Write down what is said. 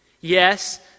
Yes